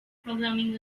programming